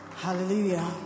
Hallelujah